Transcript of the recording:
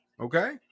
Okay